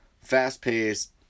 fast-paced